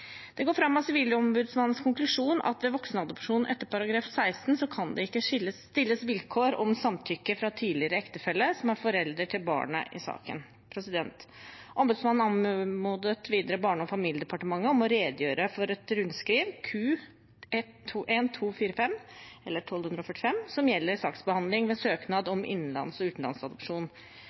Det går fram av Sivilombudsmannens konklusjon at det ved voksenadopsjon etter § 16 ikke kan stilles vilkår om samtykke fra tidligere ektefelle som er forelder til barnet i saken. Ombudsmannen anmodet videre Barne- og familiedepartementet om å redegjøre for et rundskriv, Q-1245, som gjelder saksbehandling ved søknad om innenlands- og utenlandsadopsjon,